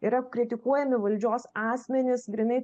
yra kritikuojami valdžios asmenys grynai